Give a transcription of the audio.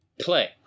play